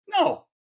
no